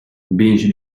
benji